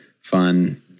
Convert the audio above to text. fun